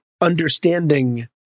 understanding